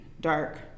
dark